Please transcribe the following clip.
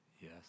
Yes